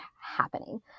happening